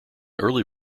early